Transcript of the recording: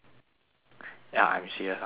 ya I'm serious I'm not kidding